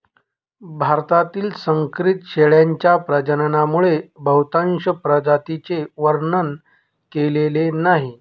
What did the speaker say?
भारतातील संकरित शेळ्यांच्या प्रजननामुळे बहुतांश प्रजातींचे वर्णन केलेले नाही